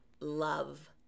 love